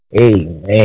Amen